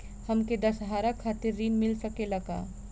हमके दशहारा खातिर ऋण मिल सकेला का?